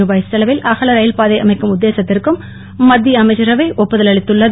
ருபாய் செலவில் அகல ரயில்பாதை அமைக்கும் உத்தேசத்திற்கும் மத்திய அமைச்சரவை ஒப்புதல் அளித்துள்ளது